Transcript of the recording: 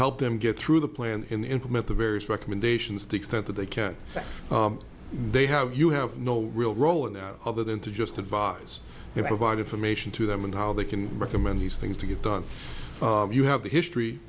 help them get through the plan and implement the various recommendations the extent that they can but they have you have no real role in that other than to just advise you provide information to them and how they can recommend these things to get done you have the history